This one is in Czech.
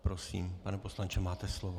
Prosím, pane poslanče, máte slovo.